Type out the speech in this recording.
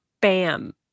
bam